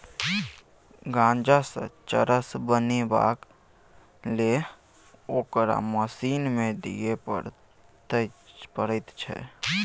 गांजासँ चरस बनेबाक लेल ओकरा मशीन मे दिए पड़ैत छै